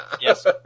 Yes